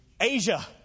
Asia